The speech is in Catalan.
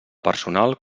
personal